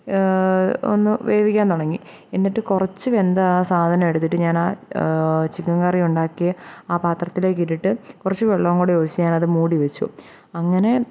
ഒന്ന് വേവിക്കാൻ തുടങ്ങി എന്നിട്ട് കുറച്ച് വെന്ത ആ സാധനം എടുത്തിട്ട് ഞാനാ ചിക്കൻ കറി ഉണ്ടാക്കിയ ആ പാത്രത്തിലേക്ക് ഇട്ടിട്ട് കുറച്ചു വെള്ളവും കൂടി ഒഴിച്ച് ഞാനത് മൂടി വെച്ചു അങ്ങനെ